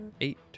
eight